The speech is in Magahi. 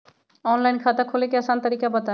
ऑनलाइन खाता खोले के आसान तरीका बताए?